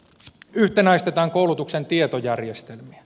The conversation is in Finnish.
yhtenäistetään koulutuksen tietojärjestelmiä